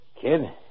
Kid